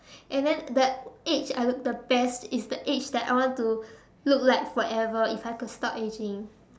and then the age I look the best is the age that I want to look like forever if I could stop ageing